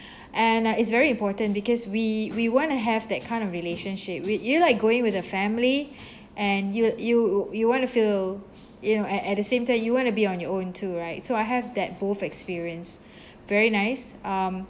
and uh it's very important because we we want to have that kind of relationship with you're like going with a family and you'll you you want to feel you know at at the same time you want to be on your own too right so I have that both experience very nice um